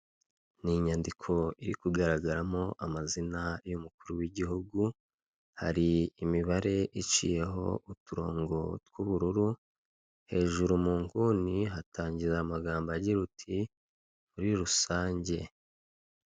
Umugore wambaye ikanzu y'amabara impande ye umusore uhetse igikapu cy'umutuku imbere yabo hari umugabo wambaye imyenda y'icyatsi kibisi, ushinzwe umutekano inyuma yabo inyubako ndende ikorerwamo ubucuruzi.